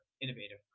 innovative